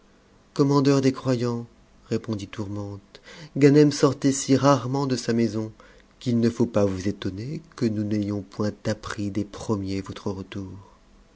commandeur des croyants répondit tourmente ganem sortait si rarement de sa maison qu'il ne faut pas vous étonner que nous n'ayons point appris des premiers votre retour